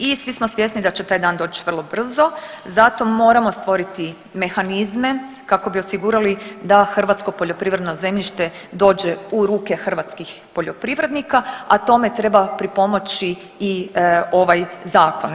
I svi smo svjesni da će taj dan doći vrlo brzo zato moramo stvoriti mehanizme kako bi osigurali da hrvatsko poljoprivredno zemljište dođe u ruke hrvatskih poljoprivrednika, a tome treba pripomoći i ovaj Zakon.